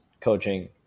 coaching